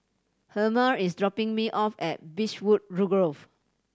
Helmer is dropping me off at Beechwood Grove